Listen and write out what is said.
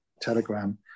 telegram